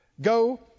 Go